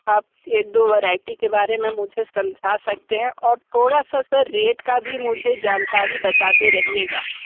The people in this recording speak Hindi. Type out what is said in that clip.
आप एक दो वैराइटी के बारे में मुझे समझा सकते हैं और थोड़ा सा रेट का भी मुझे जानकारी बताते रहिएगा